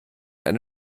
eine